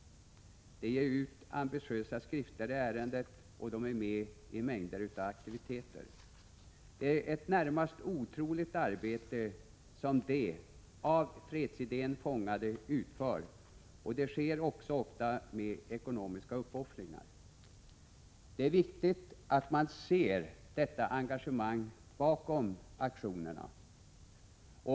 De ger ut ambitiösa skrifter i ärendet, och de deltar i mängder av aktiviteter. Det är ett närmast otroligt arbete som de av fredsidén fångade utför, och det sker också ofta med ekonomiska uppoffringar. Det är viktigt att man ser detta engagemang bakom aktionerna.